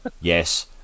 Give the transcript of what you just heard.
yes